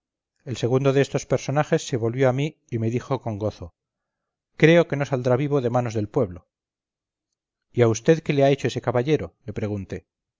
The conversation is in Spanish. el segundo de estos personajes se volvió a mí y me dijo con gozo creo que no saldrá vivo de manos del pueblo y a vd qué le ha hecho ese caballero le pregunté